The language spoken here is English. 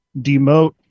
demote